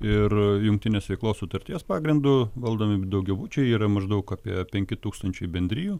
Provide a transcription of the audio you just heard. ir jungtinės veiklos sutarties pagrindu valdomi daugiabučiai yra maždaug apie penki tūkstančiai bendrijų